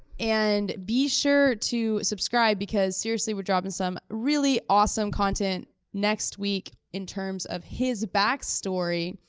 and be sure to subscribe, because seriously, we're dropping some really awesome content next week in terms of his backstory.